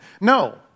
No